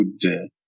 good